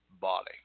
body